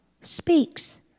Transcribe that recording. speaks